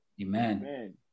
Amen